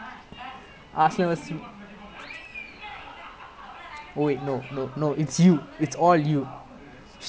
nice I mean kishore and you legit carry the difference today lah if not legit I don't know how and felix also lah because I don't know how he keep saving